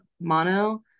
Mono